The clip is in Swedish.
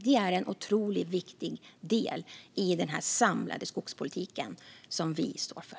Det är en otroligt viktig del i den samlade skogspolitik som vi står för.